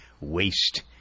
waste